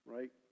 Right